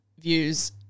views